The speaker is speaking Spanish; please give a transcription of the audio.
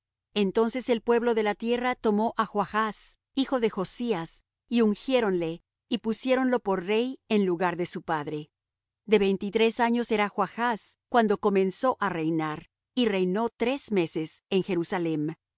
entonces el pueblo de la tierra tomó á joachz hijo de josías y ungiéronle y pusiéronlo por rey en lugar de su padre de veintitrés años era joachz cuando comenzó á reinar y reinó tres meses en jerusalem